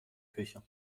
küche